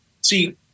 See